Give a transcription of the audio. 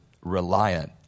reliant